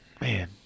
Man